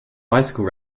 bicycle